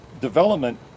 development